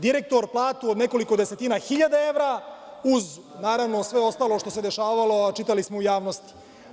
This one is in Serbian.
Direktor platu od nekoliko desetina hiljada evra uz naravno sve ostalo što se dešavalo, a čitali smo u javnosti.